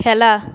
খেলা